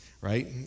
right